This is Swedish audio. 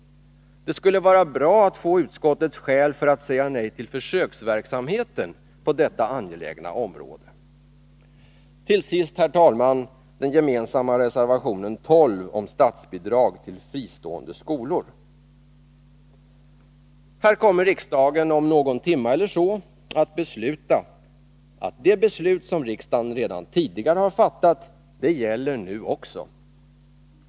Det skulle vara bra att få utskottets skäl för att säga nej till försöksverksamhet på detta angelägna område. Till sist, herr talman, den gemensamma borgerliga reservationen 12 om statsbidrag till fristående skolor. Här kommer riksdagen om någon timma eller så att besluta att det beslut som riksdagen redan tidigare har fattat gäller nu också.